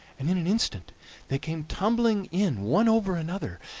and in an instant they came tumbling in one over another,